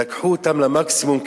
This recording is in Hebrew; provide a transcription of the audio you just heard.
לקחו אותם למקסימום,